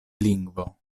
lingvo